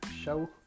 show